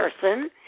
person